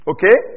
Okay